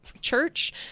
church